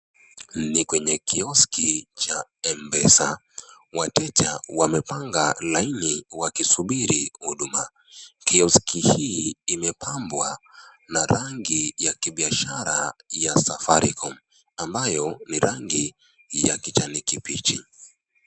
Ni kwenye kioski cha mpesa ,wateja wamepanga laini wakisubiri huduma. Kioski hii imepambwa na rangi ya kibiashara ya Safaricom ambayo ni rangi ya kijani kibichi.